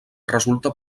resulta